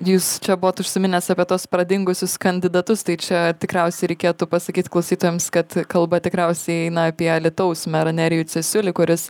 jūs čia buvot užsiminęs apie tuos pradingusius kandidatus tai čia tikriausiai reikėtų pasakyt klausytojams kad kalba tikriausiai eina apie alytaus merą nerijų cesiulį kuris